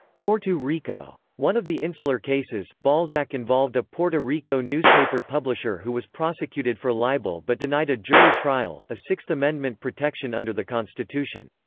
porto rico. one of the insular cases, balzac involved a puerto rico newspaper publisher who was prosecuted for libel but denied a jury trial, a sixth amendment protection under the constitution.